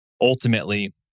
ultimately